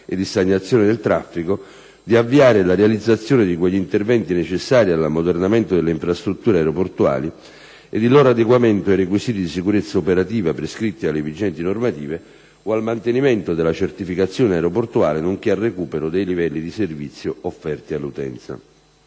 e di stagnazione del traffico, di avviare la realizzazione di quegli interventi necessari all'ammodernamento delle infrastrutture aeroportuali ed il loro adeguamento ai requisiti di sicurezza operativa prescritti dalle vigenti normative o al mantenimento della certificazione aeroportuale, nonché al recupero dei livelli di servizio offerti all'utenza.